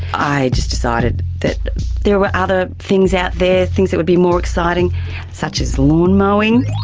i just decided that there were other things out there, things that would be more exciting such as lawn mowing.